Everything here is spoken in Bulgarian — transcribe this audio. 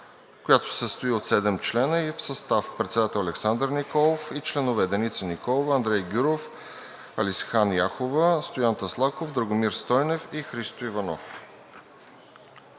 ще се състои от седем членове и в състав: председател Александър Николов и членове: Деница Николова, Андрей Гюров, Ализан Яхова, Стоян Таслаков, Драгомир Стойнев и Христо Иванов.